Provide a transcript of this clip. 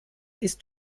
ist